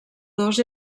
dos